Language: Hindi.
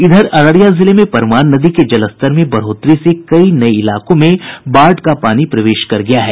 इधर अररिया जिले में परमान नदी के जलस्तर में बढ़ोतरी से कई नये इलाकों में बाढ़ का पानी प्रवेश कर गया है